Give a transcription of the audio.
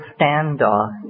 standoff